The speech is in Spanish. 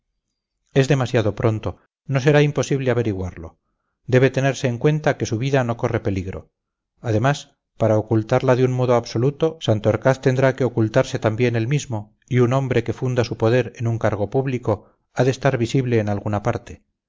es demasiado pronto no será imposible averiguarlo debe tenerse en cuenta que su vida no corre peligro además para ocultarla de un modo absoluto santorcaz tendrá que ocultarse también él mismo y un hombre que funda su poder en un cargo público ha de estar visible en alguna parte